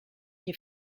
che